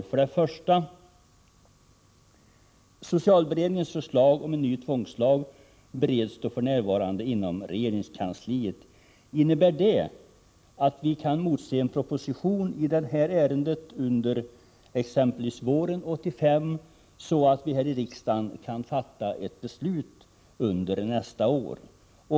För det första: Innebär det förhållandet att socialberedningens förslag om en ny tvångslag f.n. bereds inom regeringskansliet att vi kan motse en proposition i ärendet exempelvis under våren 1985, så att riksdagen kan fatta beslut i frågan nästa år?